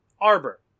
Arbor